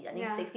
ya